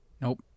Nope